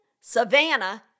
Savannah